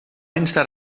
instar